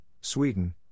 Sweden